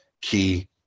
key